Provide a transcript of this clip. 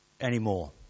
anymore